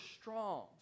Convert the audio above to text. strong